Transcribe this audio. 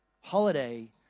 Holiday